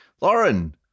Lauren